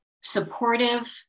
supportive